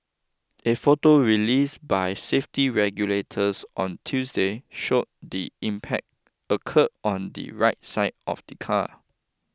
a photo released by safety regulators on Tuesday showed the impact occurred on the right side of the car